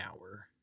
hour